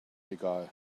egal